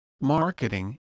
marketing